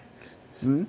um